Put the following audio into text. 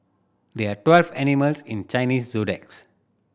there are twelve animals in Chinese zodiacs